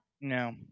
No